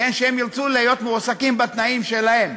והם ירצו להיות מועסקים בתנאים שלהם.